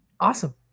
Awesome